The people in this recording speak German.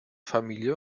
familie